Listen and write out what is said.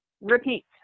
Repeat